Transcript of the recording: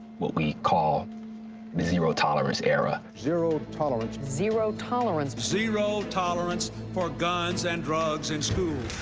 what we call the zero tolerance era. zero tolerance. zero tolerance. zero tolerance for guns and drugs in schools.